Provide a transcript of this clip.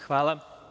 Hvala.